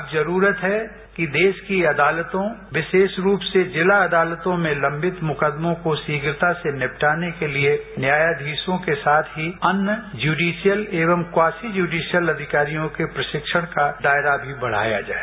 अब जरूरत है कि देश की अदालतों विशेष रूप से जिला अदालतों में लवित मुकदमों को शीघ्रता से निपटाने के लिए न्यायाधीशों के साथ ही अन्य ज्यूडिशियल एवं क्वॉसी ज्यूडिशियल अधिकारियों के प्रशिक्षण का दायरा भी बढ़ाया जाए